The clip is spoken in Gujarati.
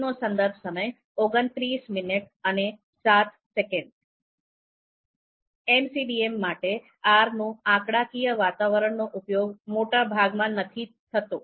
MCDM માટે R નું આંકડાકીય વાતાવરણ નો ઉપયોગ મોટા ભાગમાં નથી થતો